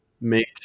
make